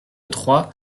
trois